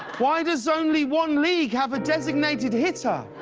why does only one league have a designated hitter.